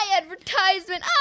advertisement